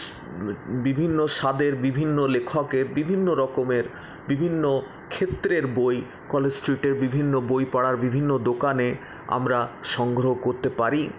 শ বিভিন্ন স্বাদের বিভিন্ন লেখকের বিভিন্ন রকমের বিভিন্ন ক্ষেত্রের বই কলেজ স্ট্রীটে বিভিন্ন বইপাড়ার বিভিন্ন দোকানে আমরা সংগ্রহ করতে পারি